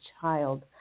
child